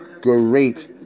great